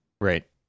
Right